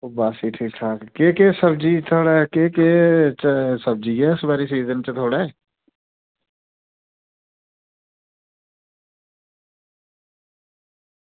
बस ठीक ठाक केह् केह् सब्ज़ी इत्थां दा केह् केह् सब्ज़ी ऐ इस बारी सीज़न च थुआढ़े